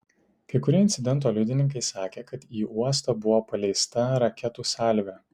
kai kurie incidento liudininkai sakė kad į uostą buvo paleista raketų salvė